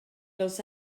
los